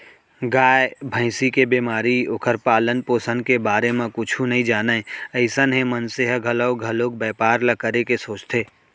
गाय, भँइसी के बेमारी, ओखर पालन, पोसन के बारे म कुछु नइ जानय अइसन हे मनसे ह घलौ घलोक बैपार ल करे के सोचथे